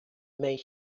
made